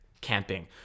camping